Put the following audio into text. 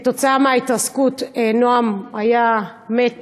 כתוצאה מההתרסקות נועם היה מת